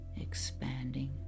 expanding